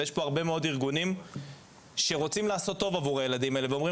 ויש פה הרבה מאוד ארגונים שרוצים לעשות טוב עבור הילדים האלה ואומרים